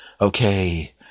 Okay